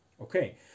Okay